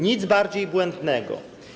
Nic bardziej błędnego.